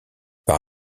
par